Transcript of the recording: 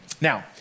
Now